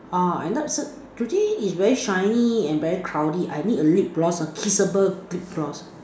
uh today is very shiny and very cloudy I need a lip gloss a kissable lip gloss